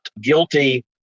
guilty